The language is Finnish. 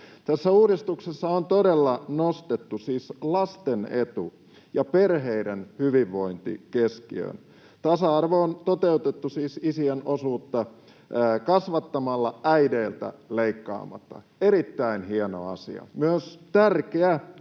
Tässä uudistuksessa on todella nostettu siis lasten etu ja perheiden hyvinvointi keskiöön. Tasa-arvo on siis toteutettu isien osuutta kasvattamalla äideiltä leikkaamatta — erittäin hieno asia. Myös tärkeä